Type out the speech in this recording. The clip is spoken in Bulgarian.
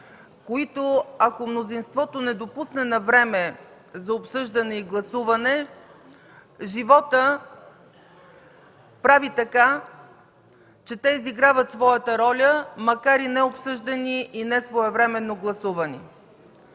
които, ако мнозинството не допусне навреме за обсъждане и гласуване, животът прави така че те изиграват своята роля, макар и необсъждани и несвоевременно гласувани.